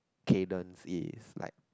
Caden is like